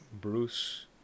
Bruce